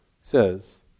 says